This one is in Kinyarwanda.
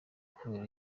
kubera